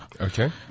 Okay